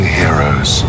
heroes